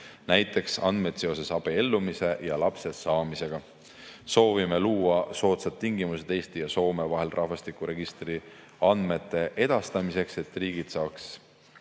näiteks andmeid abiellumise ja lapse saamise kohta. Soovime luua soodsad tingimused Eesti ja Soome vahel rahvastikuregistri andmete edastamiseks, et riigid saaksid